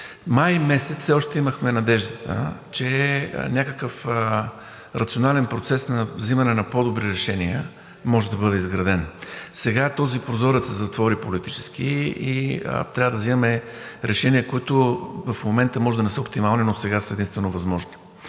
Май месец все още имахме надеждата, че някакъв рационален процес на взимане на по-добри решения може да бъде изграден. Сега този прозорец се затвори политически и трябва да взимаме решения, които в момента може да не са оптимални, но сега са единствено възможни.